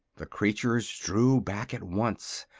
the creatures drew back at once,